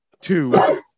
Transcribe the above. Two